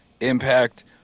impact